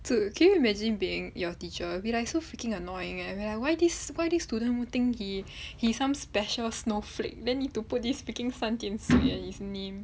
so can you imagine being your teacher be like so freaking annoying eh why this why this student think he's some special snowflake then need to put this freaking 三点水 in his name